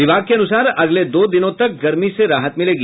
विभाग के अनुसार अगले दो दिनों तक गर्मी से राहत मिलेगी